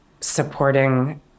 supporting